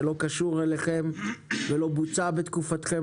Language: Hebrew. שלא קשור אליכם ולא בוצע בתקופתכם,